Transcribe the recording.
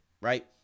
right